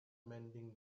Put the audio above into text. mending